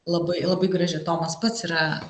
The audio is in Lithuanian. labai labai graži tomas pats yra